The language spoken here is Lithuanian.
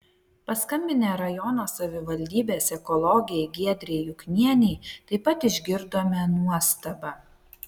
paskambinę rajono savivaldybės ekologei giedrei juknienei taip pat išgirdome nuostabą